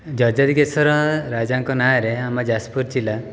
ଯଯାତିକେଶର ରଜାଙ୍କ ନାଁରେ ଆମ ଯାଜପୁର ଜିଲ୍ଲା